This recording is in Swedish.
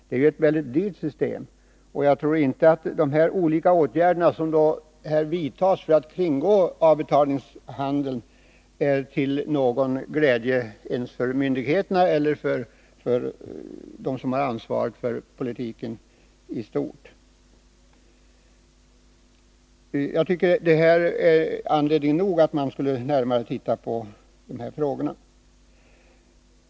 Det är ett mycket dyrt system. Jag tror inte att de olika metoder som används för att kringgå avbetalningsreglerna är till någon glädje för myndigheterna eller för dem som har ansvaret för politiken i stort. Det är anledning nog för att man skall titta närmare på dessa frågor.